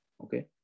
okay